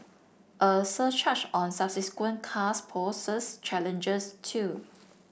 a surcharge on subsequent cars poses challenges too